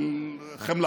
חבר הכנסת כץ, מספיק.